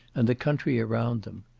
and the country around them.